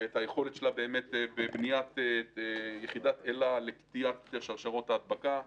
ואת היכולת שלה בבניית יחידת אל"ה לקטיעת שרשראות ההדבקה.